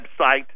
website